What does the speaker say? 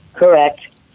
Correct